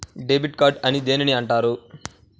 Debit card అని దేనిని అంటారు?